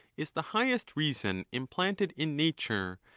is the highest reason implanted in nature,